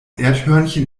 erdhörnchen